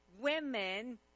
women